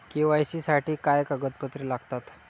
KYC साठी काय कागदपत्रे लागतात?